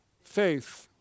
Faith